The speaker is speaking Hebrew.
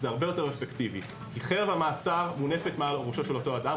זה הרבה יותר אפקטיבי כי חרב המעצר מונפת מעל ראשו של אותו אדם.